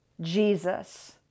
Jesus